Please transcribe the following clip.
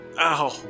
Ow